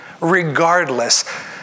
regardless